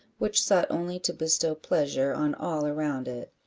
which sought only to bestow pleasure on all around it.